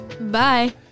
bye